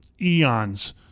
eons